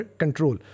control